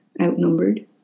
outnumbered